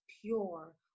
pure